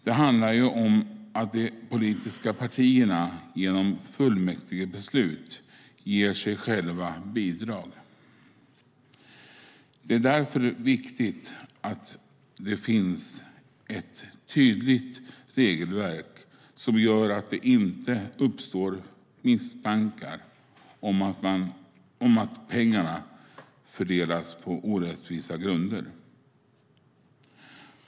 Det handlar ju om att de politiska partierna genom fullmäktigebeslut ger sig själva bidrag. Det är därför viktigt att det finns ett tydligt regelverk som gör att det inte uppstår misstankar om att pengarna fördelas på orättvisa grunder.